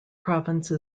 province